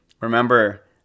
Remember